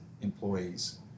employees